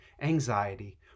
anxiety